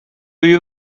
you